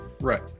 Right